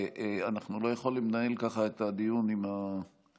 אנחנו לא יכולים לנהל ככה את הדיון עם הטלפון,